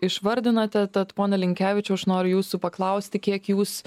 išvardinote tad pone linkevičiau aš noriu jūsų paklausti kiek jūs